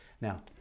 Now